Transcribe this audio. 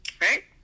Right